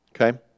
Okay